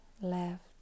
left